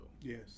Yes